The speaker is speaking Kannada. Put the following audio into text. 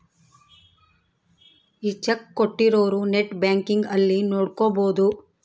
ಈ ಚೆಕ್ ಕೋಟ್ಟಿರೊರು ನೆಟ್ ಬ್ಯಾಂಕಿಂಗ್ ಅಲ್ಲಿ ನೋಡ್ಕೊಬೊದು